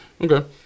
Okay